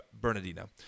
Bernardino